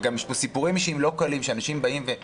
וגם יש פה סיפורים אישיים לא קלים שאנשים חושפים,